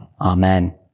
amen